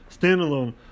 standalone